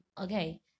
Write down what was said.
Okay